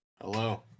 hello